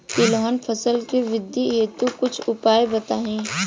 तिलहन फसल के वृद्धि हेतु कुछ उपाय बताई?